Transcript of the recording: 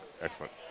Excellent